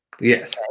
Yes